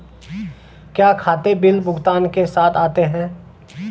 क्या खाते बिल भुगतान के साथ आते हैं?